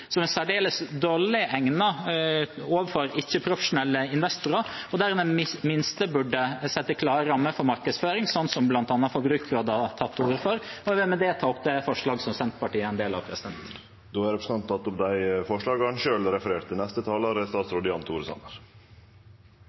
som er særdeles dårlig egnet for ikke-profesjonelle investorer, og dermed burde en i det minste sette klare rammer for markedsføring, som bl.a. Forbrukerrådet har tatt til orde for. Jeg vil med det ta opp det forslaget som Senterpartiet er en del av. Representanten Sigbjørn Gjelsvik har teke opp det forslaget han refererte